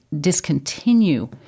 discontinue